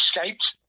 escaped